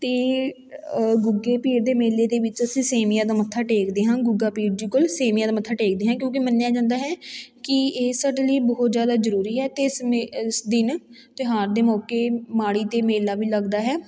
ਅਤੇ ਗੁੱਗੇ ਪੀਰ ਦੇ ਮੇਲੇ ਦੇ ਵਿੱਚ ਅਸੀਂ ਸੇਵੀਆਂ ਦਾ ਮੱਥਾ ਟੇਕਦੇ ਹਾਂ ਗੁੱਗਾ ਪੀਰ ਜੀ ਕੋਲ ਸੇਵੀਆਂ ਦਾ ਮੱਥਾ ਟੇਕਦੇ ਹਾਂ ਕਿਉਂਕਿ ਮੰਨਿਆ ਜਾਂਦਾ ਹੈ ਕਿ ਇਹ ਸਾਡੇ ਲਈ ਬਹੁਤ ਜ਼ਿਆਦਾ ਜ਼ਰੂਰੀ ਹੈ ਅਤੇ ਇਸ ਮੇ ਇਸ ਦਿਨ ਤਿਉਹਾਰ ਦੇ ਮੌਕੇ ਮਾੜੀ 'ਤੇ ਮੇਲਾ ਵੀ ਲੱਗਦਾ ਹੈ